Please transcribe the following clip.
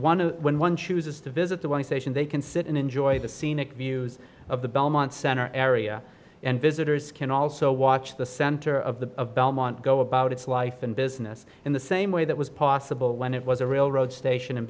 one when one chooses to visit the one station they can sit and enjoy the scenic views of the belmont center area and visitors can also watch the center of the belmont go about its life and business in the same way that was possible when it was a railroad station